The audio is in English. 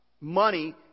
money